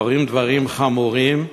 קורים דברים חמורים כאלה,